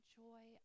joy